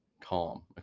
Calm